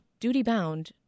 duty-bound